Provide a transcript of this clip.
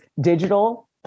digital